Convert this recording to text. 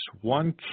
one